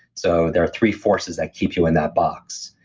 so there are three forces that keep you in that box,